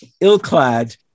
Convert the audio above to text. ill-clad